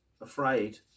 afraid